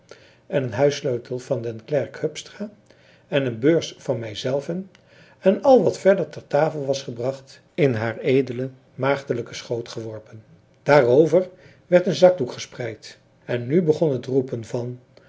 en een huissleutel van den klerk hupstra en een beurs van mijzelven en al wat verder ter tafel was gebracht in hed maagdelijken schoot geworpen daarover werd een zakdoek gespreid en nu begon het roepen van